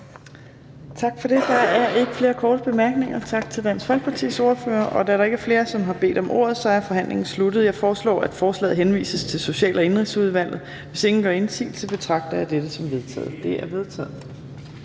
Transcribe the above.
Tak for det. Der er ikke flere korte bemærkninger. Tak til Dansk Folkepartis ordfører. Da der ikke er flere, der har bedt om ordet, er forhandlingen sluttet. Jeg foreslår, at forslaget henvises til Social- og Indenrigsudvalget. Hvis ingen gør indsigelse, betragter jeg dette som vedtaget. Det er vedtaget.